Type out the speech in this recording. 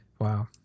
wow